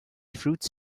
fruits